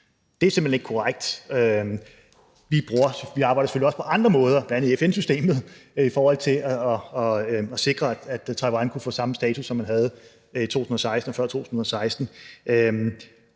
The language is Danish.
Det er simpelt hen ikke korrekt. Vi arbejder selvfølgelig også på andre måder, bl.a. i FN-systemet, i forhold til at sikre, at Taiwan kunne få samme status, som man havde før 2016.